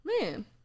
man